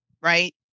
right